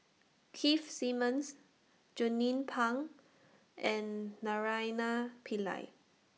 Keith Simmons Jernnine Pang and Naraina Pillai